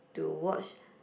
to watch